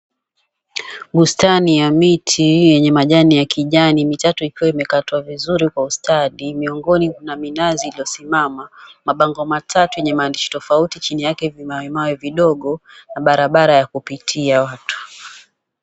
Bustani ya miti yenye majani ya kijani mitatu ikiwa imekatwa vizuri kwa ustadi miongoni na minazi iliosimama, mabango matatu yenye maandishi tofauti, chini yake vimawe vidogo na barabara ya kupitia watu.